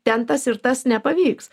ten tas ir tas nepavyks